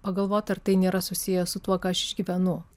pagalvot ar tai nėra susiję su tuo ką aš išgyvenu